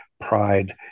pride